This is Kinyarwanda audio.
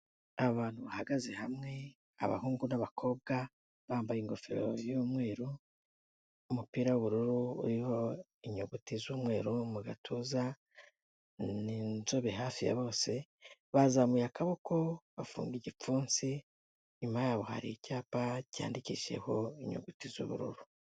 Abantu bahagaze hamwe abahungu n'abakobwa, bambaye ingofero y'umweru umupira w'ubururu uriho inyuguti z'umweru mu gatuza, ni inzobe hafi ya bose bazamuye akaboko bafunga igipfunsi, inyuma yabo hari icyapa cyandikishijeho inyuguti z'ubururu.